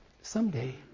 Someday